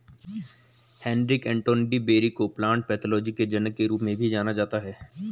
Heinrich Anton de Bary को plant pathology के जनक के रूप में जाना जाता है